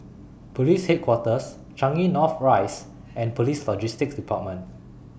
Police Headquarters Changi North Rise and Police Logistics department